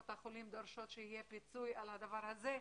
קופות החולים דורשות שיהיה פיצוי על הדבר הזה.